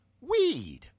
weed